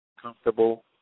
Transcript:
comfortable